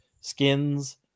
skins